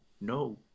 no